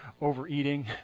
overeating